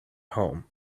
home